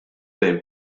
bejn